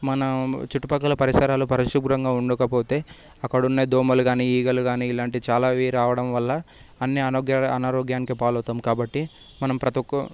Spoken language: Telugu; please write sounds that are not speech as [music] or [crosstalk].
మనం చుట్టుపక్కల పరిసరాలు పరిశుభ్రంగా ఉండకపోతే అక్కడున్న దోమలు కాని ఈగలు కాని ఇలాంటి చాలావి రావడం వల్ల అన్ని [unintelligible] అనారోగ్యా పాలు అవుతాం కాబట్టి మనం ప్రతి ఒక్క